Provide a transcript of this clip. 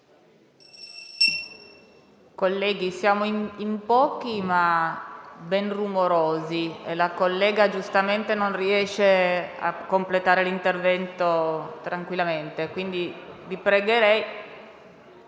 Colleghi, siamo in pochi, ma ben rumorosi, e la collega non riesce a completare l'intervento tranquillamente, quindi vi pregherei